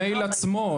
המייל עצמו,